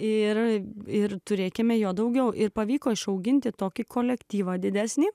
ir ir turėkime jo daugiau ir pavyko išauginti tokį kolektyvą didesnį